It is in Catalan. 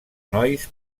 nois